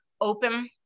open